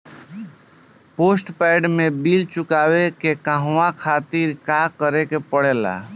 Postpaid के bill चुकावे के कहवा खातिर का करे के पड़ें ला?